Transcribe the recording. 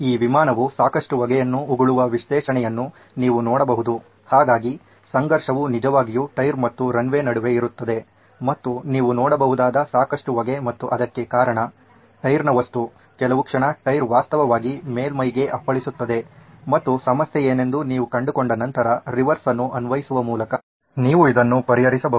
ಈ ವಿಮಾನವು ಸಾಕಷ್ಟು ಹೊಗೆಯನ್ನು ಉಗುಳುವ ವಿಶ್ಲೇಷಣೆಯನ್ನು ನೀವು ನೋಡಬಹುದು ಹಾಗಾಗಿ ಸಂಘರ್ಷವು ನಿಜವಾಗಿಯೂ ಟೈರ್ ಮತ್ತು ರನ್ವೇ ನಡುವೆ ಇರುತ್ತದೆ ಮತ್ತು ನೀವು ನೋಡಬಹುದಾದ ಸಾಕಷ್ಟು ಹೊಗೆ ಮತ್ತು ಅದಕ್ಕೆ ಕಾರಣ ಟೈರ್ನ ವಸ್ತು ಕೆಲವು ಕ್ಷಣ ಟೈರ್ ವಾಸ್ತವವಾಗಿ ಮೇಲ್ಮೈಗೆ ಅಪ್ಪಳಿಸುತ್ತದೆ ಮತ್ತು ಸಮಸ್ಯೆ ಏನೆಂದು ನೀವು ಕಂಡುಕೊಂಡ ನಂತರ ರಿವರ್ಸ್ ಅನ್ನು ಅನ್ವಯಿಸುವ ಮೂಲಕ ನೀವು ಇದನ್ನು ಪರಿಹರಿಸಬಹುದು